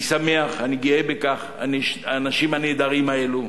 אני שמח, אני גאה בכך, באנשים הנהדרים האלה.